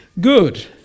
Good